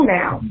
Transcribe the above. now